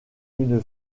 une